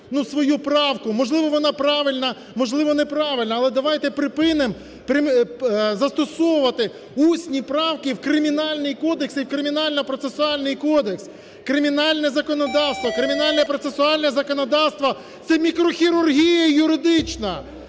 можливо, вона правильна, можливо, не правильна, але давайте припинимо застосовувати усні правки в Кримінальний кодекс і в Кримінально-процесуальний кодекс. Кримінальне законодавство, Кримінально-процесуальне законодавство – це мікрохірургія юридична.